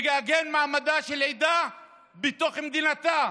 לעגן מעמדה של עדה בתוך מדינתה.